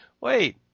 wait